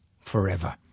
forever